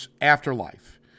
Afterlife